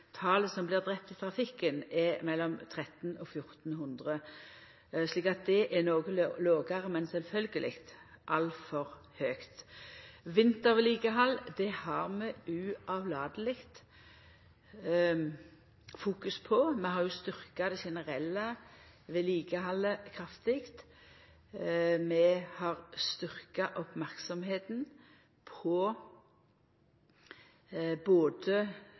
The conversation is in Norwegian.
talet på dei som blir drepne i trafikken, er mellom 1 300 og 1 400. Det er noko lågare, men sjølvsagt altfor høgt. Vintervedlikehald har vi uavlateleg fokus på. Vi har styrkt det generelle vedlikehaldet kraftig. Vi har